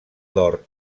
d’or